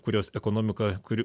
kurios ekonomika kuri